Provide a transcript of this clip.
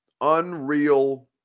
unreal